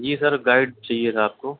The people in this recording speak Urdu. جی سر گائڈ چاہیے تھا آپ کو